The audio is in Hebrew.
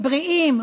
בריאים?